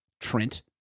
Trent